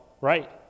right